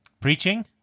Preaching